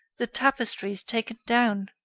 the tapestries taken down!